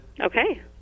Okay